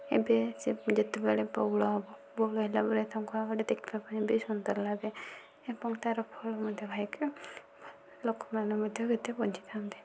ଏବେ ସେ ଯେତେବେଳେ ବଉଳ ହେବ ବଉଳ ହେଲାବେଳେ ତାଙ୍କୁ ଆଉ ଗୋଟିଏ ଦେଖିବା ପାଇଁ ବି ସୁନ୍ଦର ଲାଗେ ଏବଂ ତାର ଫଳ ମଧ୍ୟ ଖାଇକି ଲୋକମାନେ ମଧ୍ୟ କେତେ ବଞ୍ଚିଥାନ୍ତି